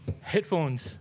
Headphones